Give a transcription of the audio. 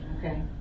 Okay